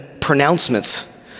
pronouncements